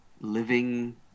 living